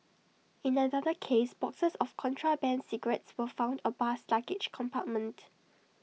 in another case boxes of contraband cigarettes were found A bus's luggage compartment